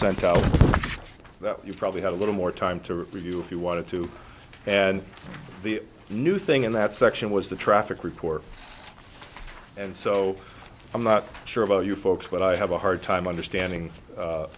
sent out that you probably had a little more time to review if you wanted to and the new thing in that section was the traffic report and so i'm not sure about you folks what i have a hard understanding